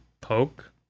poke